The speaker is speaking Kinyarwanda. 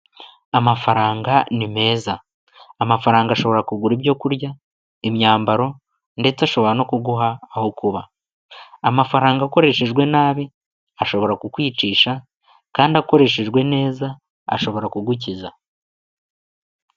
Amafaranga ni meza. Amafaranga ashobora kugura ibyo kurya, imyambaro ndetse ashobora no kuguha aho kuba. Amafaranga akoreshejwe nabi, ashobora kukwicisha kandi akoreshejwe neza ashobora kugukiza.